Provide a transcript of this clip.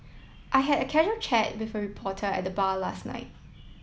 I had a casual chat with a reporter at the bar last night